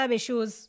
issues